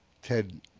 ted,